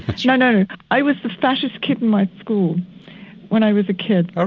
but you know i was the fattest kid in my school when i was a kid. ah